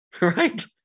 right